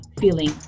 feeling